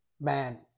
man